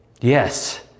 Yes